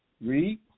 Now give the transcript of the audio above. Read